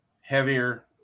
heavier